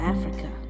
Africa